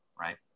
right